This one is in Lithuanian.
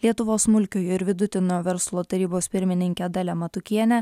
lietuvos smulkiojo ir vidutinio verslo tarybos pirmininke dalia matukiene